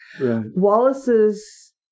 Wallace's